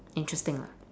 interesting lah